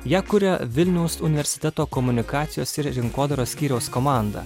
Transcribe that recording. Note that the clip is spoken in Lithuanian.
ją kuria vilniaus universiteto komunikacijos ir rinkodaros skyriaus komanda